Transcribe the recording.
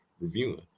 reviewing